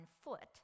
foot